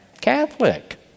Catholic